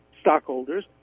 stockholders